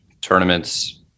tournaments